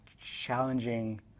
challenging